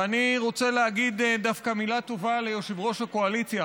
ואני רוצה להגיד דווקא מילה טובה ליושב-ראש הקואליציה,